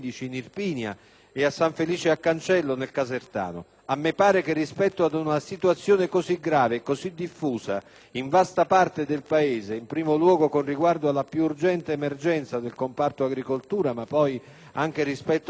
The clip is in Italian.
in vasta parte del Paese, in primo luogo con riguardo alla più urgente emergenza del comparto agricoltura, ma poi anche rispetto ai danni registrati alla viabilità e all'abitato, sia indispensabile che il Governo assuma urgenti provvedimenti,